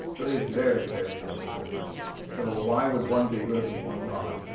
there is very, very little difference. so why would one be good and one not?